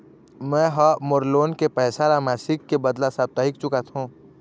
में ह मोर लोन के पैसा ला मासिक के बदला साप्ताहिक चुकाथों